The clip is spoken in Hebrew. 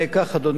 אדוני השר,